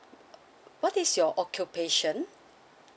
what is your occupation